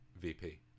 VP